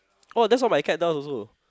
oh that's what my cat does also